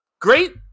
great